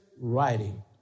writing